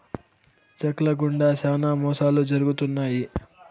check ల గుండా శ్యానా మోసాలు జరుగుతున్నాయి